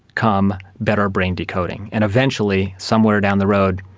come better brain decoding. and eventually, somewhere down the road,